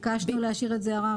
ביקשנו להשאיר את זה ערר.